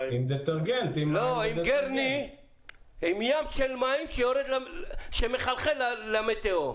עם ים של מים שמחלחלים למי תהום.